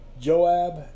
Joab